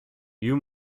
you